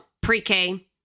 pre-K